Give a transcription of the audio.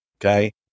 Okay